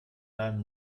deinem